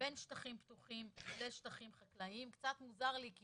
בין שטחים פתוחים לשטחים חקלאיים וקצת מוזר לי כי